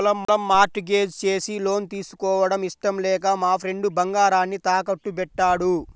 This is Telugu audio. పొలం మార్ట్ గేజ్ చేసి లోన్ తీసుకోవడం ఇష్టం లేక మా ఫ్రెండు బంగారాన్ని తాకట్టుబెట్టాడు